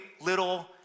little